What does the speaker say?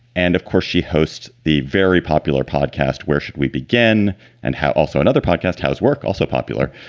and of course, she hosts the very popular podcast, where should we begin and how? also another podcast, housework. also popular.